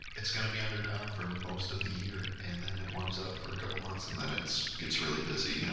it's going to be underground for most of the year and then it warms up for a couple months and then it gets really busy you know